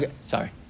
Sorry